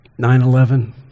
9-11